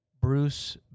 Bruce